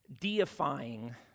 deifying